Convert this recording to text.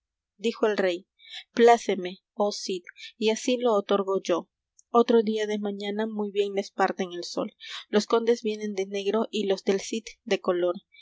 dijo el rey pláceme oh cid y así lo otorgo yo otro día de mañana muy bien les parten el sol los condes vienen de negro y los del cid de color